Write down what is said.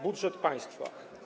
Budżet państwa.